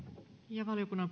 ja valiokunnan